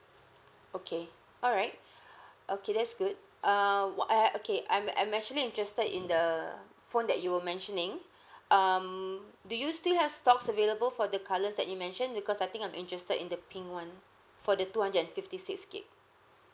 okay alright okay that's good err w~ uh okay I'm I'm actually interested in the phone that you were mentioning um do you still have stocks available for the colours that you mentioned because I think I'm interested in the pink one for the two hundred and fifty six gigabyte